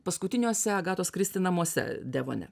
paskutiniuose agatos kristi namuose devone